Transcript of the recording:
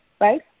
right